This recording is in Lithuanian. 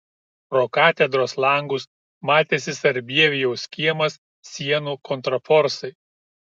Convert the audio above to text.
pro katedros langus matėsi sarbievijaus kiemas sienų kontraforsai